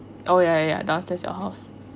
oh ya ya ya downstairs your house